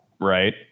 Right